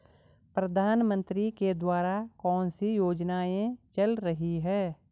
प्रधानमंत्री के द्वारा कौनसी योजनाएँ चल रही हैं?